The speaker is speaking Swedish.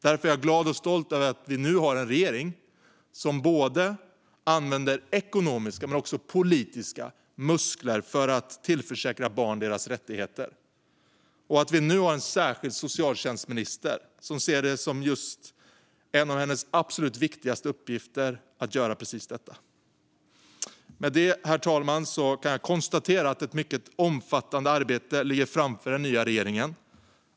Därför är jag glad och stolt över att vi nu har en regering som använder både ekonomiska och politiska muskler för att tillförsäkra barn deras rättigheter och att vi nu har en särskild socialtjänstminister som ser just detta som en av sina absolut viktigaste uppgifter. Med detta, herr talman, konstaterar jag att ett mycket omfattande arbete ligger framför den nya regeringen.